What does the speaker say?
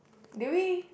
do we